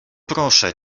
proszę